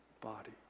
body